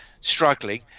struggling